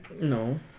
No